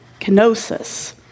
Kenosis